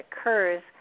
occurs